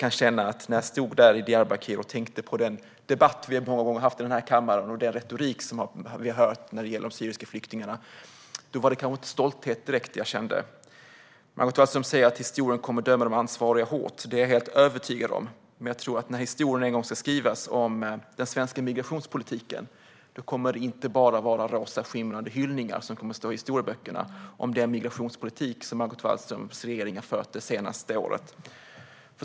När jag stod där i Diyarbakır och tänkte på den debatt vi många gånger har haft i den här kammaren och den retorik som vi har hört när det gäller de syriska flyktingarna var det kanske inte direkt stolthet jag kände. Margot Wallström säger att historien kommer att döma de ansvariga hårt. Det är jag helt övertygad om. Men när historien en gång ska skrivas om den svenska migrationspolitiken tror jag inte att det bara kommer att vara rosaskimrande hyllningar som kommer att stå i historieböckerna om den migrationspolitik som Margot Wallströms regering har fört det senaste året.